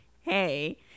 hey